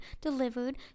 delivered